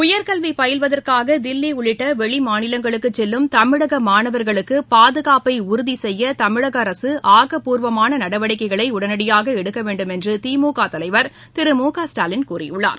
உயர்கல்வி பயில்வதற்காக தில்லி உள்ளிட்ட வெளிமாநிலங்களுக்கு செல்லும் தமிழக மாணவர்களுக்கு பாதுகாப்பை உறுதி செய்ய தமிழக அரசு ஆக்கப்பூர்வமான நடவடிக்கைகளை உடனடியாக எடுக்க வேண்டும் என்று திமுக தலைவர் திரு மு க ஸ்டாலின் கூறியுள்ளார்